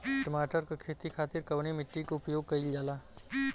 टमाटर क खेती खातिर कवने मिट्टी के उपयोग कइलजाला?